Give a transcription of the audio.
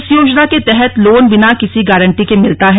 इस योजना के तहत लोन बिना किसी गारंटी के मिलता है